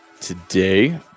Today